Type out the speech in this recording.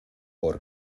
por